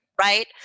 Right